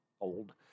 old